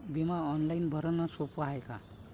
बिमा ऑनलाईन भरनं सोप हाय का?